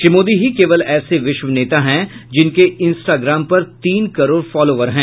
श्री मोदी ही केवल ऐसे विश्व नेता हैं जिनके इंस्टाग्राम पर तीन करोड़ फॉलोवर हैं